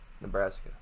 Nebraska